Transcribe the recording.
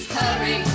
hurry